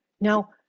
now